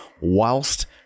whilst